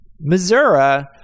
Missouri